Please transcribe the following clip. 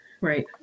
right